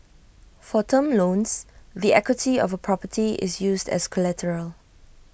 for term loans the equity of A property is used as collateral